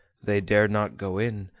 they dared not go in,